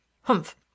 Humph